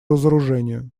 разоружению